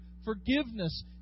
forgiveness